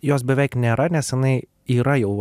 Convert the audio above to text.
jos beveik nėra nes jinai yra jau